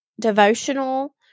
devotional